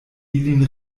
ilin